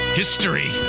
history